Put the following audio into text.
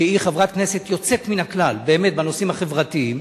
שהיא חברת כנסת יוצאת מן הכלל באמת בנושאים החברתיים,